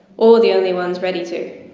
or the only ones ready to.